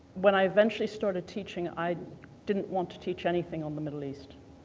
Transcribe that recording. when i eventually started teaching i didn't want to teach anything on the middle east.